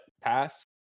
pass